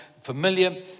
familiar